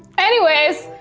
anyways.